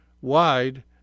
wide